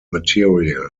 material